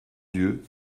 dieu